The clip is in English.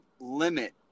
limit